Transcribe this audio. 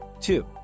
Two